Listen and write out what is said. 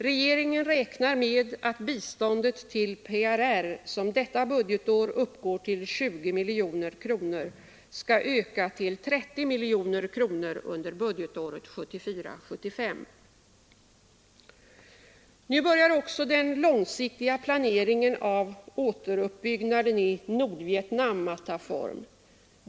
Regeringen räknar med att biståndet till PRR, som detta budgetår uppgår till 20 miljoner kronor, skall öka till 30 miljoner kronor under budgetåret 1974/75. Nu börjar också den långsiktiga planeringen av återuppbyggnaden i Nordvietnam att ta form.